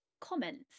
comments